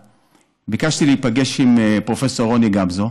הוועדה ביקשתי להיפגש עם פרופ' רוני גמזו,